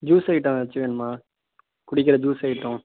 juice item ஏதாச்சும் வேணுமா குடிக்கிற ஜூஸ் ஐட்டம்